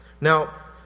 Now